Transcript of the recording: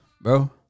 Bro